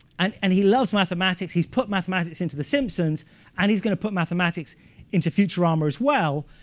and and he loves mathematics. he's put mathematics into the simpsons and he's going to put mathematics into futurama as well.